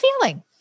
feeling